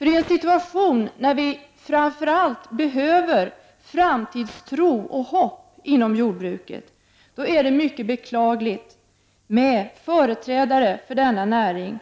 I en situation då vi framför allt behöver framtidstro och hopp inom jordbruket är det nämligen mycket beklagligt att företrädare för denna näring